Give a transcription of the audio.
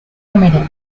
permitted